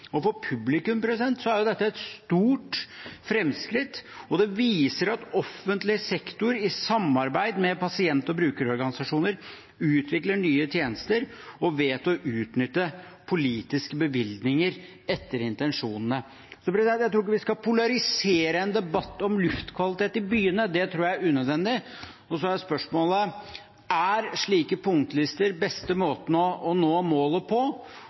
For publikum er dette et stort framskritt, og det viser at offentlig sektor i samarbeid med pasient- og brukerorganisasjoner utvikler nye tjenester og vet å utnytte politiske bevilgninger etter intensjonene. Jeg tror ikke vi skal polarisere en debatt om luftkvalitet i byene. Det tror jeg er unødvendig. Så er spørsmålet: Er slike punktlister den beste måten å nå målet på?